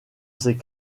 ces